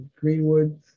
Greenwood